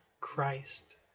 Christ